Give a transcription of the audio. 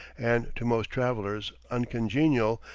and, to most travellers, uncongenial,